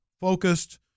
focused